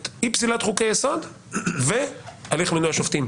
את אי פסילת חוקי יסוד והליך מינוי השופטים.